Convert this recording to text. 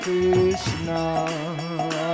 Krishna